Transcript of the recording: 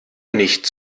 nicht